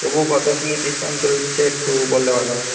তবু কত কী ডিসকাউন্ট চলছে একটু বললে ভালো হয়